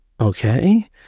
okay